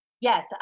yes